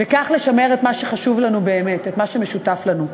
וכך לשמר את מה שחשוב לנו באמת, את מה שמשותף לנו.